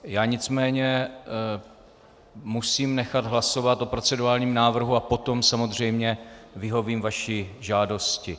Já nicméně musím nechat hlasovat o procedurálním návrhu a potom samozřejmě vyhovím vaší žádosti.